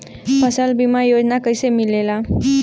फसल बीमा योजना कैसे मिलेला?